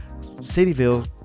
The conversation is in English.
Cityville